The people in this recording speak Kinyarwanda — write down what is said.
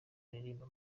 aririmba